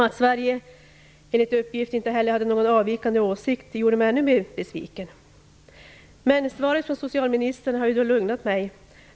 Att Sverige enligt uppgift inte hade någon avvikande åsikt gjorde mig ännu mer besviken. Svaret från socialministern har dock lugnat mig.